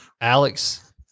Alex